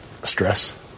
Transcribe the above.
Stress